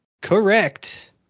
Correct